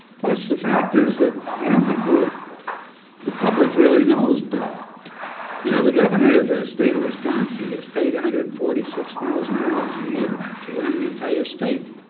plus, the fact is that i don't think the the public really knows, but you know the governor of the state of wisconsin gets paid one hundred and forty six thousand dollars a year to run the entire state.